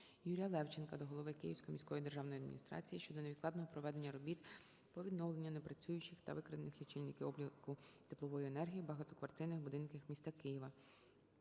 ЮріяЛевченка до голови Київської міської державної адміністрації щодо невідкладного проведення робіт по відновленню непрацюючих та викрадених лічильників обліку теплової енергії у багатоквартирних будинках міста Києва.